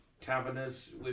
Taverners